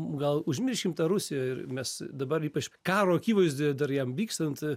gal užmirškim tą rusijoje ir mes dabar ypač karo akivaizdoje dar jam vykstant